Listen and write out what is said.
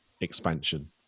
expansion